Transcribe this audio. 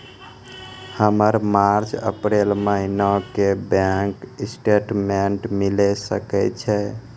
हमर मार्च अप्रैल महीना के बैंक स्टेटमेंट मिले सकय छै?